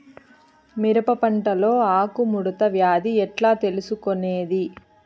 మిరప పంటలో ఆకు ముడత వ్యాధి ఎట్లా తెలుసుకొనేది?